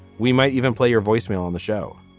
we might even play your voicemail on the show.